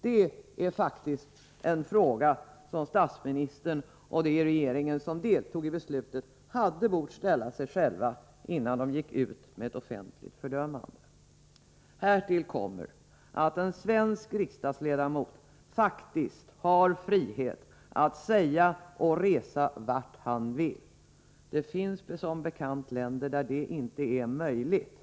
Det är faktiskt en fråga som statsministern och de i regeringen som deltog i beslutet hade bort ställa sig själva, innan de gick ut med ett offentligt fördömande. Härtill kommer att en svensk riksdagsledmot faktiskt har frihet att säga vad han vill och resa vart han vill. Det finns som bekant länder där det inte är möjligt.